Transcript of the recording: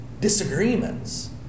disagreements